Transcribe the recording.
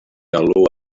alw